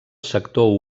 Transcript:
sector